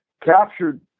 captured